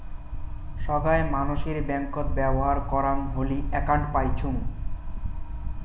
সোগায় মানসির ব্যাঙ্কত ব্যবহর করাং হলি একউন্ট পাইচুঙ